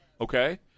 okay